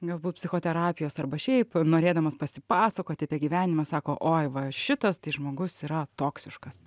galbūt psichoterapijos arba šiaip norėdamas pasipasakoti apie gyvenimą sako oi va šitas tai žmogus yra toksiškas